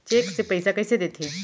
Cheque से पइसा कइसे देथे?